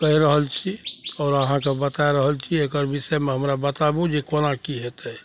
कहि रहल छी आओर अहाँकेँ बतै रहल छी एकर विषयमे हमरा बताबू जे कोना कि हेतै